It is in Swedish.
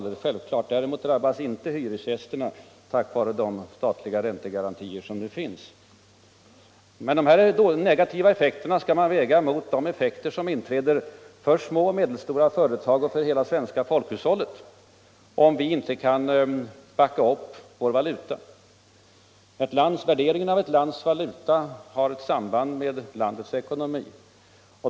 Däremot drabbas inte hyresgästerna, tack vare de räntegarantier som nu finns. De här 'negativa effekterna skall man väga mot de effekter som inträder för små och medelstora företag och för hela det svenska folkhushållet, om vi inte kan backa upp vår valuta. Värderingen av ett lands valuta har samband även med landets ekonomi.